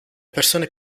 persone